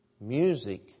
music